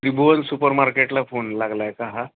त्रिभुवन super मार्केटला phone लागला आहे का हा